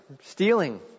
Stealing